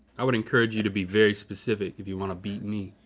i would encourage you to be very specific you wanna beat me.